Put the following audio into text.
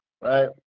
right